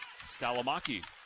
Salamaki